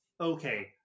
Okay